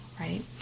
Right